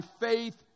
faith